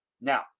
now